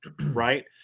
Right